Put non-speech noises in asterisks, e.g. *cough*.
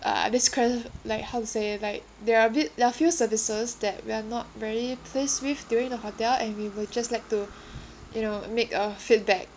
uh discrepa~ like how to say like there are a bit there are a few services that we are not very pleased with during the hotel and we would just like to *breath* you know make a feedback